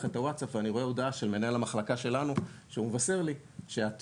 את הווטסאפ ואני רואה הודעה של מנהל המחלקה שלנו שהוא מבשר לי שתעודת